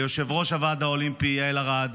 ליושבת-ראש הוועד האולימפי יעל ארד,